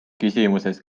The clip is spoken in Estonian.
küsimuses